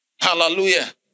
Hallelujah